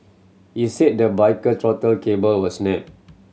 he said the biker throttle cable was snapped